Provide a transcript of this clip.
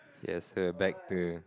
it's a back